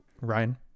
Ryan